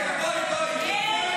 לא מתפרקים.